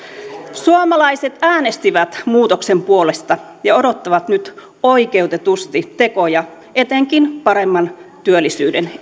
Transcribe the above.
suomalaiset äänestivät muutoksen puolesta ja odottavat nyt oikeutetusti tekoja etenkin paremman työllisyyden